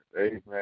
Amen